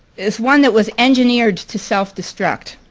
is one that was engineered to self-destruct.